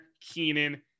Keenan